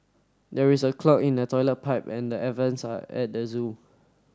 there is a clog in the toilet pipe and the air vents are at the zoo